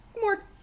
more